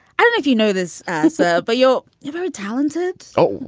i don't have, you know, this answer, but you're you're very talented. oh,